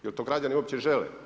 Jel' to građani uopće žele?